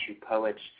poets